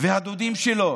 והדודים שלו